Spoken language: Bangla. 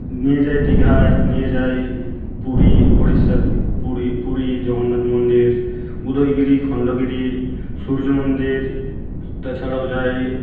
নিয়ে যায় দিঘায় নিয়ে যায় পুরী ওড়িশার পুরী পুরী জগন্নাথ মন্দির উদয়গিরি খণ্ডগিরি সূর্যমন্দির তাছাড়াও যায়